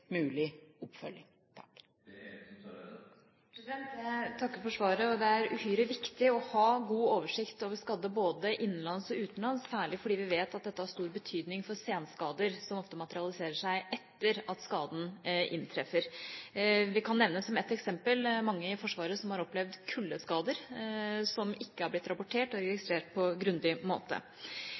mulig oppfølging. Jeg takker for svaret. Det er uhyre viktig å ha god oversikt over skadde både innenlands og utenlands, særlig fordi vi vet at dette har stor betydning for senskader, som ofte materialiserer seg etter at skaden inntreffer. Det kan nevnes som ett eksempel at mange i Forsvaret har opplevd kuldeskader som ikke er blitt rapportert og registrert på grundig måte.